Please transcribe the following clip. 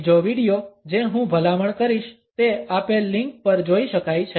બીજો વિડિઓ જે હું ભલામણ કરીશ તે આપેલ લિંક પર જોઈ શકાય છે